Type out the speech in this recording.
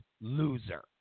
loser